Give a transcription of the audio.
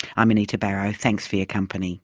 i'm anita barraud, thanks for your company